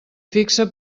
fixa